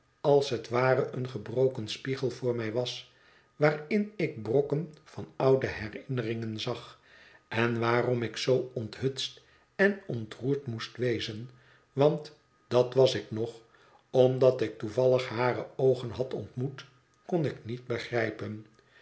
als het ware een gebroken spiegel voor mij was waarin ik brokken van oude herinneringen zag en waarom ik zoo onthutst en ontroerd moest wezen want dat was ik nog omdat ik toevallig hare oogen had ontmoet kon ik niet begrijpen